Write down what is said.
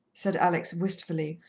said alex wistfully,